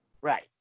Right